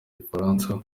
gifaransa